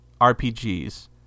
RPGs